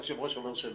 היושב-ראש אומר שלא.